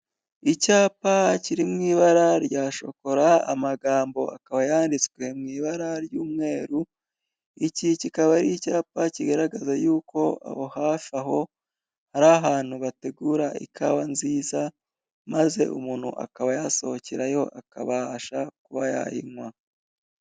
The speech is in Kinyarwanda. Iicyapa kiri mu ibara rya shokora amagambo akaba yanditswe mu ibara ry'umweru. Iki kikaba ari icyapa kigaragaza yuko aho hafi aho, ari ahantu bategura ikawa nziza maze umuntu akaba yasohokerayo akabasha kuba yayinywa.